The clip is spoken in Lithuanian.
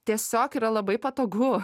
tiesiog yra labai patogu